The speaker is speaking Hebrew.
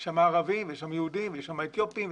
יש שם ערבים ויש שם יהודים ויש שם אתיופים,